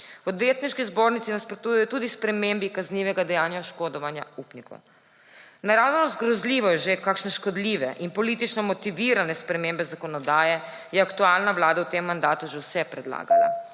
V Odvetniški zbornici nasprotujejo tudi spremembi kaznivega dejanja škodovanja upnika. Naravnost grozljivo je že, kakšne vse škodljive in politično motivirane spremembe zakonodaje je aktualna vlada v tem mandatu že predlagala.